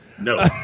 No